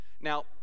now